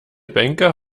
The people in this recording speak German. banker